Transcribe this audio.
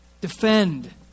defend